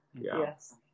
Yes